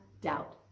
doubt